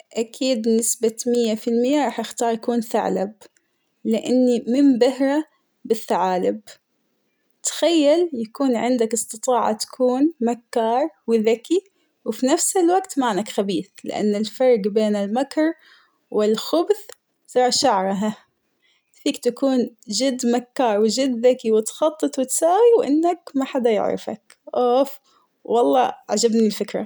أكيد بنسبة مية فى المية راح اختارك أكون ثعلب ،لأني منبهرة بالثعالب ،تخيل يكون عندك إستطاعة تكون مكار وذكي وفي نفس الوقت مانك خبيث ،لأن الفرق بين المكر والخبث زى شعره ها ، فيك تكون جد مكار وجد ذكي وتخطط وتساي وإنك ماحد يعرفك ،أوف والله عجبني الفكرة.